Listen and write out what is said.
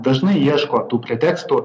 dažnai ieško tų pretekstų